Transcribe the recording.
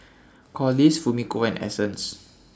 Corliss Fumiko and Essence